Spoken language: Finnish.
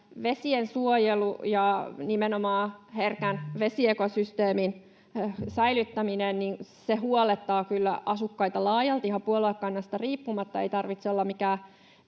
vesiensuojelu ja nimenomaan herkän vesiekosysteemin säilyttäminen koskettavat kyllä asukkaita laajalti ihan puoluekannasta riippumatta. Ei tarvitse olla mikään